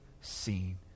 seen